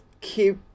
keep